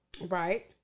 Right